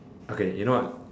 okay you know what